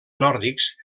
nòrdics